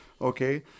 okay